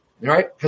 right